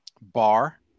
bar